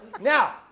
Now